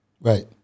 Right